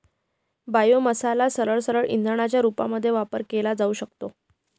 बायोमासला सरळसरळ इंधनाच्या रूपामध्ये वापर केला जाऊ शकतो